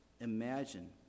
imagine